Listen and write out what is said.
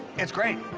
it's great,